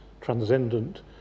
transcendent